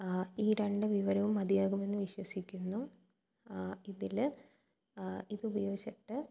ഈ രണ്ടു വിവരവും മതിയാകുമെന്ന് വിശ്വസിക്കുന്നു ഇതില് ഇതുപയോഗിച്ചിട്ട്